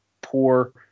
poor